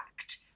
act